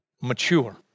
mature